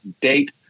date